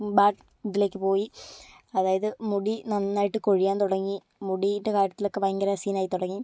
bad ഇതിലേക്ക് പോയി അതായത് മുടി നന്നായിട്ട് കൊഴിയാൻ തുടങ്ങി മുടിയുടെ കാര്യത്തിലൊക്കെ ഭയങ്കര സീനായി തുടങ്ങി